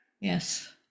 Yes